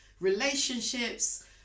relationships